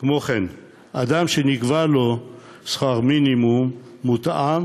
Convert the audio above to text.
כמו כן, אדם שנקבע לו שכר מינימום מותאם